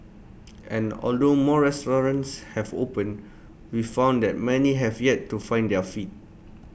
and although more restaurants have opened we found that many have yet to find their feet